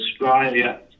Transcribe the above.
Australia